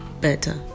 better